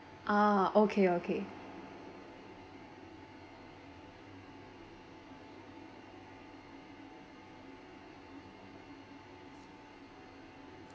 ah okay okay